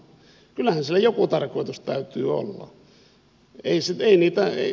kyllähän sillä joku tarkoitus täytyy olla